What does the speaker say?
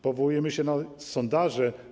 Powołujemy się na sondaże.